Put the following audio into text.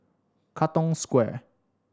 Katong Square